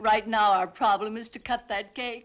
right now our problem is to cut that